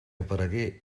aparegué